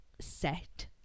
set